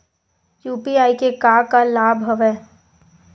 UPI के का का लाभ हवय?